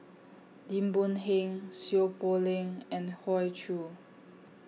Lim Boon Heng Seow Poh Leng and Hoey Choo